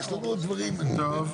יש לנו 14 בתי חולים,